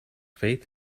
faith